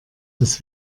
das